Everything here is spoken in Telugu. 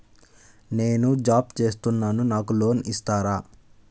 నేను జాబ్ చేస్తున్నాను నాకు లోన్ ఇస్తారా?